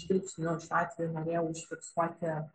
žvilgsniu šiuo atveju norėjo užfiksuoti